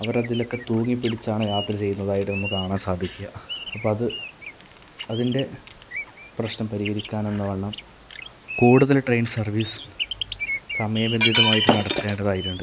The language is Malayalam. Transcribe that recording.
അവർ അതിലൊക്കെ തൂങ്ങിപ്പിടിച്ചാണ് യാത്ര ചെയ്യുന്നതായിട്ട് നമുക്ക് കാണാൻ സാധിക്കുക അപ്പോൾ അത് അതിന്റെ പ്രശ്നം പരിഹരിക്കാൻ എന്നവണ്ണം കൂടുതല് ട്രെയിൻ സർവീസ് സമയബന്ധിതമായിട്ട് നടത്തേണ്ടതായിട്ടുണ്ട്